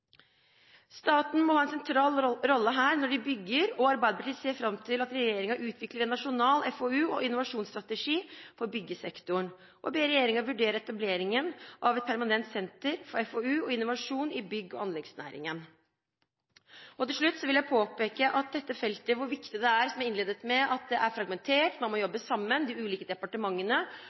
Staten må ha en sentral rolle her når de bygger. Arbeiderpartiet ser fram til at regjeringen utvikler en nasjonal FoU- og innovasjonsstrategi for byggesektoren og ber regjeringen vurdere etableringen av et permanent senter for FoU og innovasjon i bygg- og anleggsnæringen. Til slutt vil jeg, som jeg innledet med, påpeke at dette feltet er fragmentert, og også hvor viktig det er at man jobber sammen i de ulike departementene